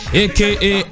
aka